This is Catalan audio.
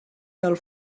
del